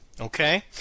Okay